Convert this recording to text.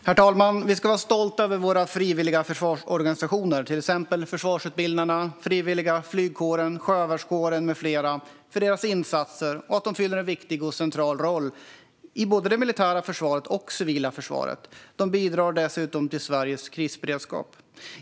Herr talman! Vi ska vara stolta över våra frivilliga försvarsorganisationer - Försvarsutbildarna, Frivilliga flygkåren, Sjövärnskåren med flera - och deras insatser. De fyller en viktig och central roll i både det militära och det civila försvaret. De bidrar dessutom till Sveriges krisberedskap.